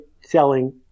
selling